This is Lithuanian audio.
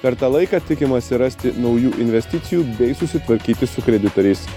per tą laiką tikimasi rasti naujų investicijų bei susitvarkyti su kreditoriais